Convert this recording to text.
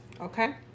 okay